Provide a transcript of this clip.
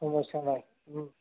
সমস্য নাই